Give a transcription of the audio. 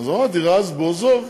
אמרתי, רזבוזוב.